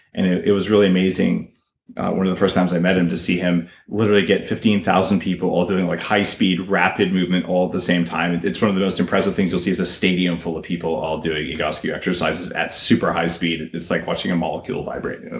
and it it was really amazing one of the first times i met him, to see him literally get fifteen thousand people all doing like high-speed rapid movement all at the same time. it's one of the most impressive things you'll see, is a stadium full of people all doing egoscue exercises at super high speed. it's like watching a molecule vibrate.